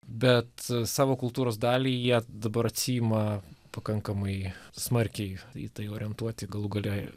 bet savo kultūros dalį jie dabar atsiima pakankamai smarkiai į tai orientuoti galų gale